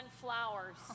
flowers